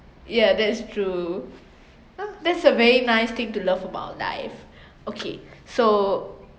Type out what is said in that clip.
ya that's true that's a very nice thing to love about life okay so